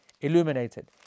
illuminated